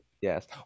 Yes